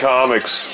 Comics